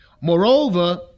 Moreover